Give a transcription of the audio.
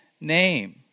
name